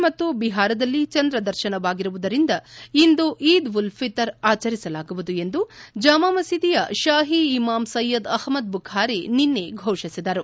ದೆಹಲಿಯಲ್ಲಿ ಬಿಹಾರದಲ್ಲಿ ಚಂದ್ರದರ್ಶನವಾಗಿರುವುದರಿಂದ ಇಂದು ಈದ್ ಉಲ್ ಫಿತರ್ ಆಚರಿಸಲಾಗುವುದು ಎಂದು ಜಾಮಾ ಮಸೀದಿಯ ಶಾಹಿ ಇಮಾಮ್ ಸೈಯದ್ ಅಹ್ಲದ್ ಬುಖಾರಿ ನಿನೈ ಘೋಷಿಸಿದರು